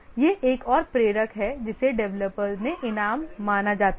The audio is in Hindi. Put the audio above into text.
यह एक और प्रेरक है जिसे डेवलपर्स ने इनाम माना जाता है